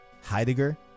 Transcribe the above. Heidegger